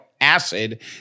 acid